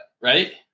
Right